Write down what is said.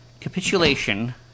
capitulation